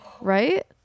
Right